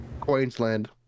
Queensland